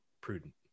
prudent